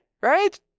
right